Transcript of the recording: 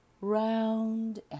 round